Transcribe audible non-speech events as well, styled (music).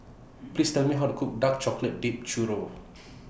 (noise) Please Tell Me How to Cook Dark Chocolate Dipped Churro (noise)